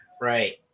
Right